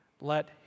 let